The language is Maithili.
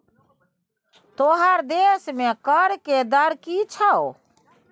तोहर देशमे कर के दर की छौ?